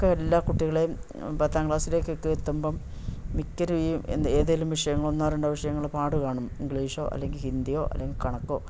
ഒക്കെ എല്ലാ കുട്ടികളെയും പത്താം ക്ലാസിലേകൊക്കെ എത്തുമ്പം മിക്കവരേയും ഏതെങ്കിലും വിഷയങ്ങൾ ഒന്നോ രണ്ടോ വിഷയങ്ങൾ പാട് കാണും ഇംഗ്ലീഷോ അല്ലെങ്കിൽ ഹിന്ദിയോ അല്ലെങ്കിൽ കണക്കോ